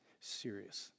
serious